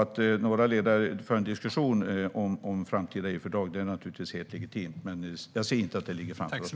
Att några ledare för en diskussion om framtida EU-fördrag är naturligtvis helt legitimt, men jag anser inte att det ligger framför oss.